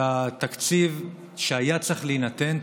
והתקציב שהיה צריך להינתן,